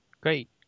great